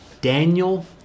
Daniel